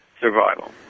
Survival